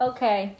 Okay